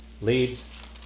leads